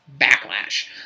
Backlash